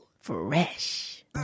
Fresh